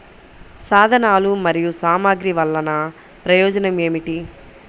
సాధనాలు మరియు సామగ్రి వల్లన ప్రయోజనం ఏమిటీ?